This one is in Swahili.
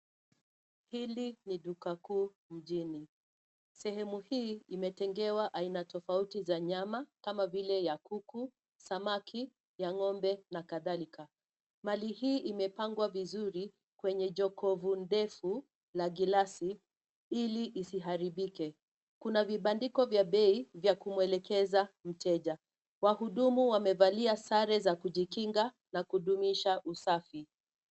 Hili ni duka kuu mjini. Sehemu hii imetengewa aina tofauti za nyama kama vile ya kuku. samaki ya ng'ombe na kadhalika. Mali hii imepangwa vizuri kwenye jokofu ndefu la glasi ili isiharibike. Kuna vibandiko vya bei vya kumuelekeza mteja. Wahudumu wamevalia sare za kujikinga na kudumisha usafi.